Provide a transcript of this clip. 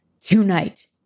tonight